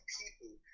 people